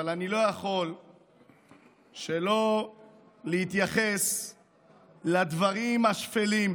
אבל אני לא יכול שלא להתייחס לדברים השפלים,